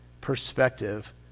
perspective